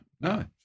No